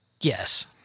Yes